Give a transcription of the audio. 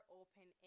open